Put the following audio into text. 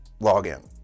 login